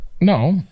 No